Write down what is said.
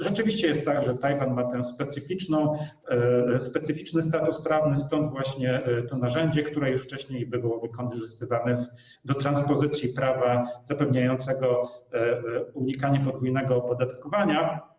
Rzeczywiście jest tak, że Tajwan ma specyficzny status prawny, stąd właśnie to narzędzie, które już wcześniej było wykorzystywane do transpozycji prawa zapewniającego unikanie podwójnego opodatkowania.